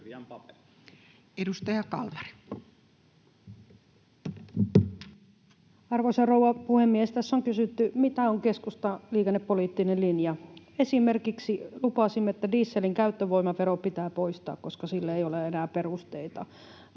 19:30 Content: Arvoisa rouva puhemies! Tässä on kysytty, mitä on keskustan liikennepoliittinen linja. Esimerkiksi: lupasimme, että dieselin käyttövoimavero pitää poistaa, koska sille ei ole enää perusteita.